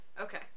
okay